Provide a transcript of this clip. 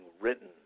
written